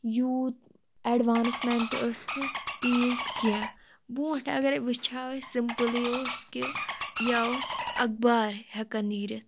یوٗت اٮ۪ڈوانٕسمٮ۪نٛٹ ٲس نہٕ تیٖژ کیٚنٛہہ برٛونٛٹھ اگرَے وٕچھاو أسۍ سِمپٕلی اوس کہِ یا اوس اخبار ہٮ۪کان نیٖرِتھ